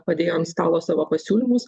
padėjo ant stalo savo pasiūlymus